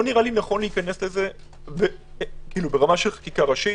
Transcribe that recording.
לא נראה לי נכון להיכנס לזה ברמה של חקיקה ראשית.